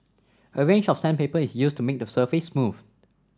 a range of sandpaper is used to make the surface smooth